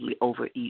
overeat